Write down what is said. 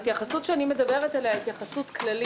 ההתייחסות שאני מדברת עליה היא התייחסות כללית.